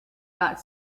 not